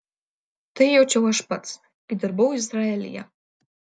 tai jaučiau aš pats kai dirbau izraelyje